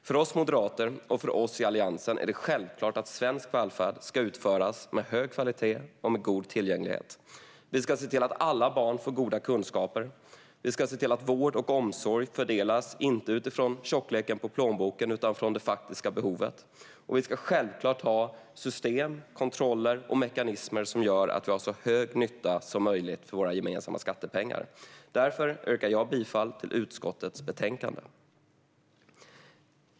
För oss moderater och för oss i Alliansen är det självklart att svensk välfärd ska utföras med hög kvalitet och med god tillgänglighet. Vi ska se till att alla barn får goda kunskaper. Vi ska se till att vård och omsorg inte fördelas utifrån tjockleken på plånboken utan utifrån det faktiska behovet. Vi ska självklart ha system, kontroller och mekanismer som gör att vi får så stor nytta som möjligt för våra gemensamma skattepengar. Därför yrkar jag bifall till utskottets förslag.